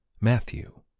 Matthew